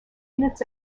units